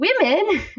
women